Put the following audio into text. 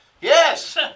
Yes